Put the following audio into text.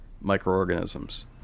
microorganisms